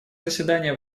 заседание